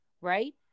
right